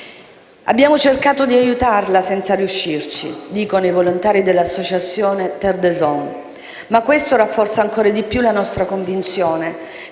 «Abbiamo cercato di aiutarla senza riuscirci» - dicono i volontari dell'associazione Terre des Hommes - «ma questo rafforza ancora di più la nostra convinzione